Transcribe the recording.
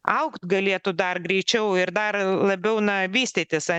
augt galėtų dar greičiau ir dar labiau na vystytis a